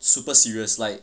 super serious like